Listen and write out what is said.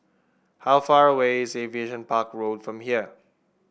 how far away is Aviation Park Road from here